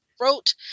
wrote